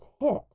hit